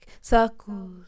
Circles